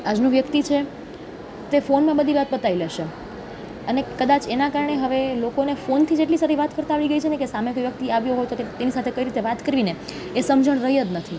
આજનો વ્યક્તિ છે તે ફોનમાં બધી વાત પતાય લેશે અને કદાચ એના કારણે હવે લોકોને ફોનથી જેટલી સારી વાત કરતાં આવડી ગઈ છે કે સામે કોઈ વ્યક્તિ આવ્યો હોય તો તેની સાથે કઈ રીતે વાત કરવી ને એ સમજણ રહી જ નથી